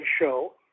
show